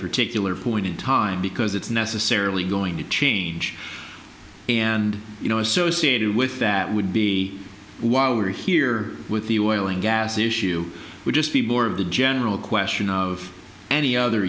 particular point in time because it's necessarily going to change and you know associated with that would be while we're here with the oil and gas issue would just be more of the general question of any other